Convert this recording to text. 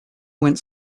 went